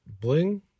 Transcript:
bling